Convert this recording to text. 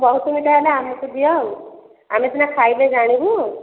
ବହୁତ ମିଠା ହେଲେ ଆମକୁ ଦିଅ ଆଉ ଆମେ ସିନା ଖାଇଲେ ଜାଣିବୁ